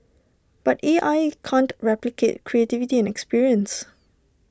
but A I can't replicate creativity and experience